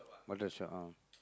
what does your arm